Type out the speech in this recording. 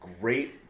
great